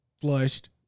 flushed